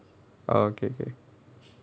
orh okay okay